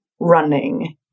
running